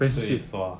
shit sua